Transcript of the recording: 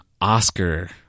Oscar